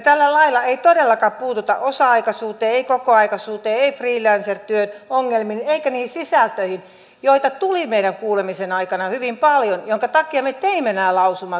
tällä lailla ei todellakaan puututa osa aikaisuuteen ei kokoaikaisuuteen ei freelancertyön ongelmiin eikä niihin sisältöihin joita tuli meidän kuulemisen aikana hyvin paljon minkä takia me teimme nämä lausumat